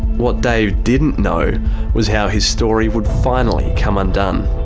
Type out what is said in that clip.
what dave didn't know was how his story would finally come undone.